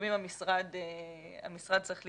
לפעמים המשרד צריך להתערב.